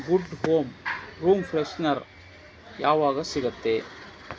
good home room freshener ಯಾವಾಗ ಸಿಗತ್ತೆ